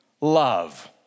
love